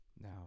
Now